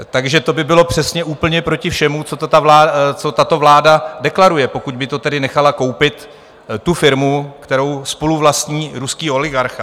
Takže to by bylo přesně úplně proti všemu, co tato vláda deklaruje, pokud by to tedy nechala koupit tu firmu, kterou spoluvlastní ruský oligarcha.